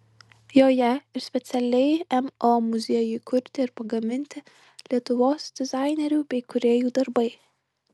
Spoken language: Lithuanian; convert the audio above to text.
joje ir specialiai mo muziejui kurti ir pagaminti lietuvos dizainerių bei kūrėjų darbai